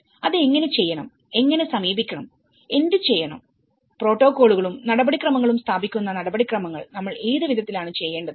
അത് എങ്ങനെ ചെയ്യണം എങ്ങനെ സമീപിക്കണം എന്ത് ചെയ്യണംപ്രോട്ടോക്കോളുകളും നടപടിക്രമങ്ങളും സ്ഥാപിക്കുന്ന നടപടിക്രമങ്ങൾ നമ്മൾ ഏത് വിധത്തിലാണ് ചെയ്യേണ്ടത്